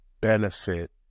benefit